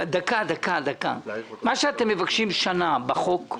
אתם מבקשים שנה הארכה,